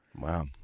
Wow